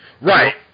Right